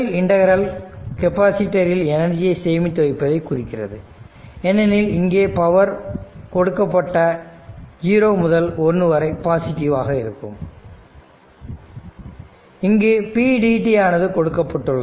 முதல் integral capacitor இல் எனர்ஜியை சேமித்து வைப்பதை குறிக்கிறது ஏனெனில் இங்கே பவர் கொடுக்கப்பட்ட 0 முதல் 1 வரை பாசிட்டிவ் ஆக இருக்கும் இங்கு pdt ஆனது கொடுக்கப்பட்டுள்ளது